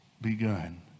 begun